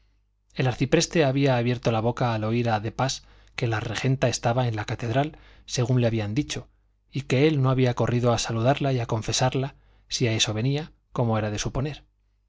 el arcipreste había abierto la boca al oír a de pas que la regenta estaba en la catedral según le habían dicho y que él no había corrido a saludarla y a confesarla si a eso venía como era de suponer